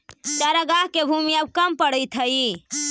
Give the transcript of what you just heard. चरागाह के भूमि अब कम पड़ीत हइ